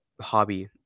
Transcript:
hobby